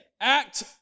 Act